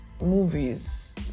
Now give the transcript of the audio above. movies